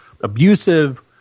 abusive